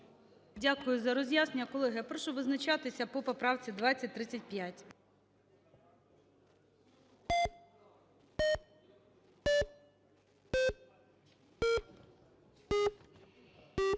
Дякую за роз'яснення. Колеги, я прошу визначатися по поправці 2035.